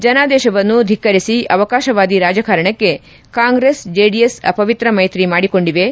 ಜನಾದೇಶವನ್ನು ಧಿಕ್ಕರಿಸಿ ಅವಕಾಶವಾದಿ ರಾಜಕಾರಣಕ್ಕೆ ಕಾಂಗ್ರೆಸ್ ಜೆಡಿಎಸ್ ಅಪವಿತ್ರ ಮೈತ್ರಿ ಮಾಡಿಕೊಂಡಿವೆ